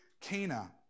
Cana